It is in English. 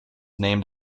named